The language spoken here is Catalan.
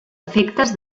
efectes